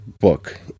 book